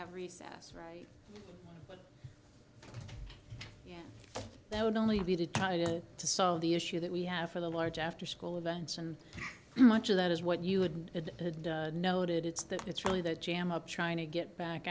have recess right now that would only be to try to solve the issue that we have for the large after school events and much of that is what you had noted it's that it's really the jam up trying to get back